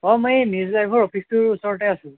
অঁ মই এই নিউজ লাইভৰ অফিচটোৰ ওচৰতে আছো